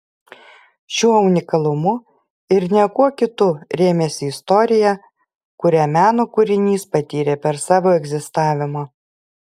šiuo unikalumu ir ne kuo kitu rėmėsi istorija kurią meno kūrinys patyrė per savo egzistavimą